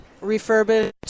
refurbished